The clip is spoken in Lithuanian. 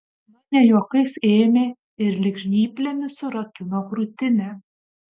man ne juokais ėmė ir lyg žnyplėmis surakino krūtinę